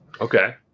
Okay